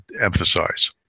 emphasize